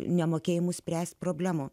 nemokėjimu spręsti problemų